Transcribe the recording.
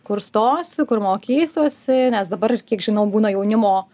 kur stosiu kur mokysiuosi nes dabar ir kiek žinau būna jaunimo